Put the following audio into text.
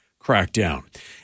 crackdown